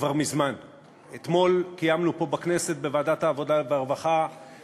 עברה ותועבר לדיון בוועדה לקידום מעמד האישה ולשוויון